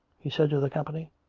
he said to the com pany.